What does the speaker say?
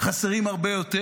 חסרים הרבה יותר.